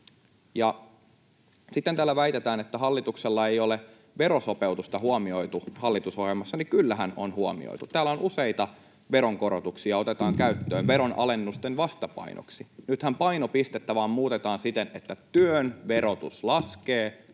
sitten kun täällä väitetään, että hallituksella ei ole verosopeutusta huomioitu hallitusohjelmassa, niin kyllähän on huomioitu. Täällä useita veronkorotuksia otetaan käyttöön veronalennusten vastapainoksi. Nythän painopistettä vain muutetaan siten, että työn verotus laskee,